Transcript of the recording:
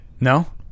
No